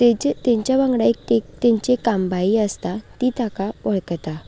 ताजे तांच्या वांगडा तांची एक काम बाई आसता ती ताका वळखता